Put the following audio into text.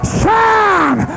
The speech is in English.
shine